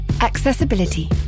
accessibility